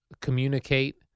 communicate